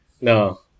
No